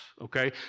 Okay